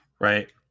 Right